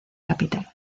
capital